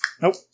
Nope